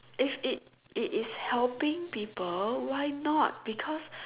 if it it is helping people why not because